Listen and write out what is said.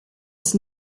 ist